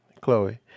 Chloe